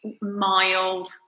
mild